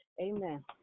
Amen